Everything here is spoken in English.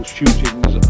Shootings